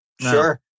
Sure